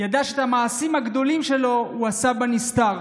ידע שאת המעשים הגדולים שלו הוא עשה בנסתר.